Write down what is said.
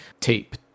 tape